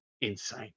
insane